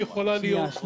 שיכולה להיות.